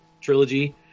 trilogy